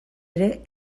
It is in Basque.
ere